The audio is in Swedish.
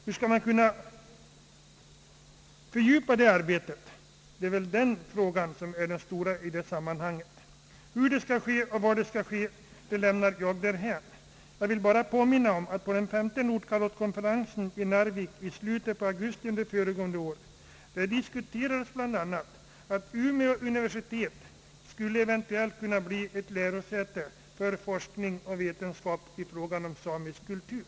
Hur det arbetet skall kunna fördjupas är den stora frågan i sammanhanget. Hur och var denna tjänst skall placeras lämnar jag därhän. Jag vill bara påminna om att man på den femte nordkalottkonferensen i Narvik i slutet av augusti föregående år bl.a. diskuterade tanken, att Umeå universitet eventuellt skulle kunna bli ett lärosäte för forskning och vetenskap beträffande samisk kultur.